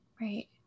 Right